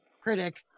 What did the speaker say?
critic